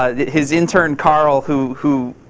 ah his intern, carl, who who